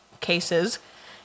cases